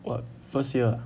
what first year ah